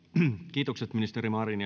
kiitokset ministeri marin